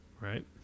Right